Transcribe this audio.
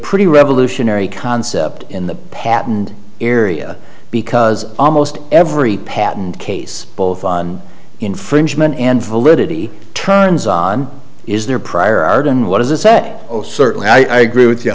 pretty revolutionary concept in the patent area because almost every patent case both infringement and validity turns on is their prior art and what does it say certainly i agree with you